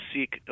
seek